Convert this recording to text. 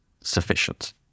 sufficient